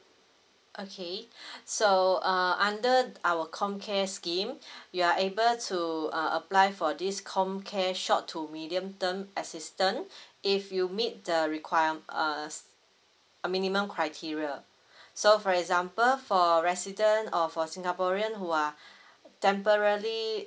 okay so err under the~ our COMCARE scheme you're able to err apply for this COMCARE short to medium term assistance if you meet the requirement err minimum criteria so for example for resident or for singaporean who are temporary